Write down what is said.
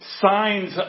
signs